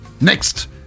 Next